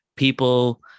People